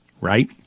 right